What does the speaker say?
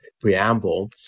preamble